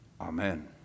Amen